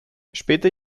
später